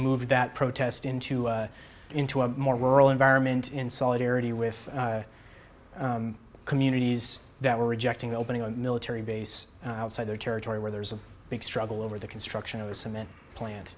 moved that protest into into a more rural environment in solidarity with communities that were rejecting opening a military base outside their territory where there's a big struggle over the construction of the cement plant